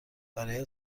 برایت